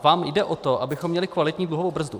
Vám jde o to, abychom měli kvalitní dluhovou brzdu.